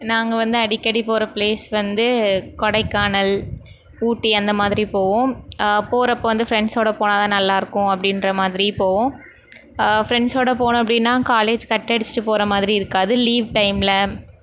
நாங்கள் வந்து அடிக்கடி போகிற ப்ளேஸ் வந்து கொடைக்கானல் ஊட்டி அந்த மாதிரி போவோம் போகிறப்ப வந்து ஃப்ரெண்ட்ஸோடய போனால் தான் நல்லாருக்கும் அப்படின்ற மாதிரி போவோம் ஃப்ரெண்ட்ஸோடய போனோம் அப்படின்னா காலேஜ் கட் அடிச்சிட்டு போகிற மாதிரி இருக்காது லீவ் டைமில்